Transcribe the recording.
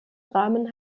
rahmen